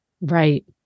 right